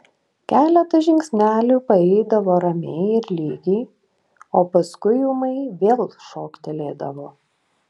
keletą žingsnelių paeidavo ramiai ir lygiai o paskui ūmai vėl šoktelėdavo